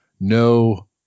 no